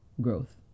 growth